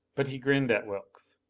but he grinned at wilks.